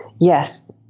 Yes